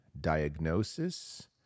Diagnosis